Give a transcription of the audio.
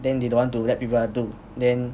then they don't want to let people other do then